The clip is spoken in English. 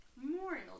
Memorial